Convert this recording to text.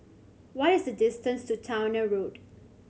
what is the distance to Towner Road